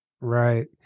Right